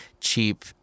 cheap